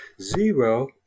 zero